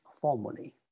formally